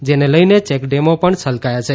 જેને લઇને ચેકડેમો પણ છલકાયા છે